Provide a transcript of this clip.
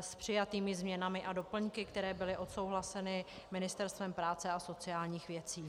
s přijatými změnami a doplňky, které byly odsouhlaseny Ministerstvem práce a sociálních věcí.